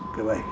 શું કહેવાય